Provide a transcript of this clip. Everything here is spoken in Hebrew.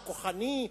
הכוחני,